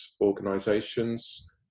organizations